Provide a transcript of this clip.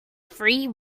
free